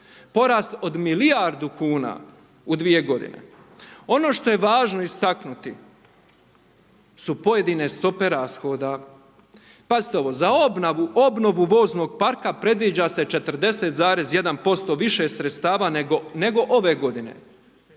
Porast od milijardu kuna u 2 godine. Ono što je važno istaknuti su pojedine stope rashoda. Pazite ovo, za obnovu voznog parka predviđa se 40,1% više sredstava nego ove godine.